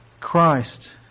Christ